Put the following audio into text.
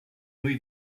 muy